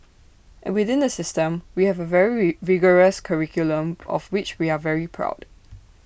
and within the system we have A very re rigorous curriculum of which we are very proud